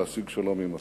להשיג שלום עם הפלסטינים.